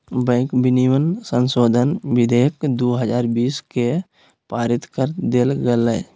bank विनियमन संशोधन विधेयक दू हजार बीस के पारित कर देल गेलय